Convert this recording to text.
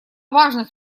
важных